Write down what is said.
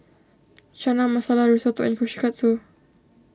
Chana Masala Risotto and Kushikatsu